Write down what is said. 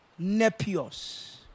Nepios